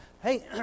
Hey